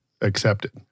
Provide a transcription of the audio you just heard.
accepted